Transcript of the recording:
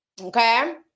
Okay